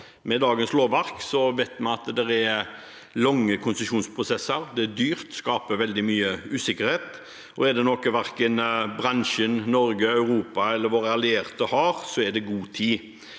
Med dagens lovverk vet vi at det er lange konsesjonsprosesser, det er dyrt og skaper veldig mye usikkerhet, og er det noe verken bransjen, Norge, Europa eller våre allierte har, er det god tid.